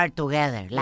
together